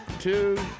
two